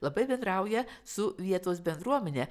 labai bendrauja su vietos bendruomene